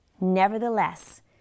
nevertheless